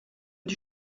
die